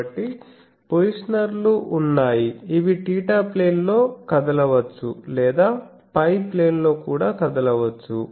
కాబట్టి పొజిషనర్లు ఉన్నాయి ఇవి θ ప్లేన్లో కదలవచ్చు లేదా φ ప్లేన్లో కూడా కదలవచ్చు